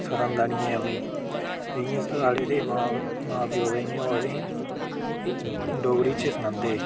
सखांदा नी ऐ उ'नेंगी ते इयां साढ़े ते मां प्यौ ते इ'यां असेंगी ई डोगरी च सनांदे